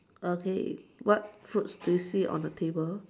okay what fruits do you see on the table